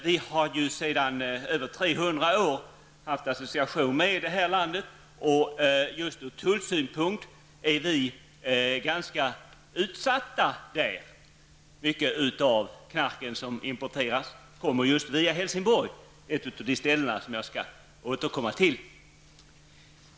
Vi har sedan över 300 år tillbaka varit associerade till Sverige, och vi är ganska utsatta ur tullsynpunkt. Mycket av det knark som importeras kommer just via Helsingborg, en av de orter som jag skall återkomma till.